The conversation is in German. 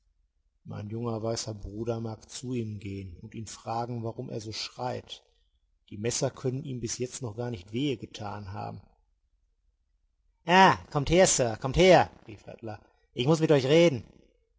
mein junger weißer bruder mag zu ihm gehen und ihn fragen warum er so schreit die messer können ihm bis jetzt noch gar nicht wehe getan haben ja kommt her sir kommt her rief rattler ich muß mit euch reden